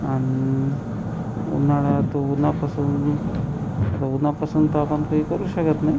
आणि उन्हाळ्यात उन्हापासून आता उन्हापासून तर आपण काही करू शकत नाही